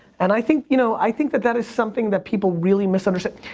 and i think you know i think that that is something that people really misunderstand.